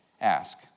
ask